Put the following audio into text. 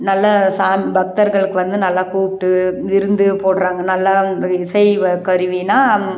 நல்ல சாமி பக்தர்களுக்கு வந்து நல்லா கூப்பிட்டு விருந்து போடுறாங்க நல்லா இசை வ கருவின்னால்